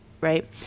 right